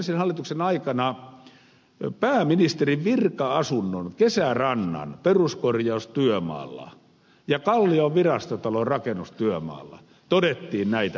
edellisen hallituksen aikana pääministerin virka asunnon kesärannan peruskorjaustyömaalla ja kallion virastotalon rakennustyömaalla todettiin näitä ilmiöitä